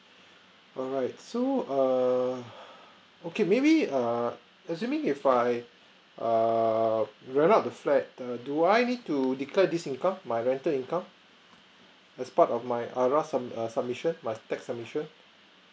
alright so err okay maybe err assuming if I err rent out the flat the do I need to declare this income my rental income as part of my IRAS sub~ err submission my tax submission